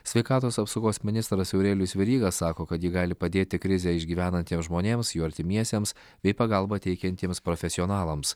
sveikatos apsaugos ministras aurelijus veryga sako kad ji gali padėti krizę išgyvenantiems žmonėms jų artimiesiems bei pagalbą teikiantiems profesionalams